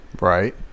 right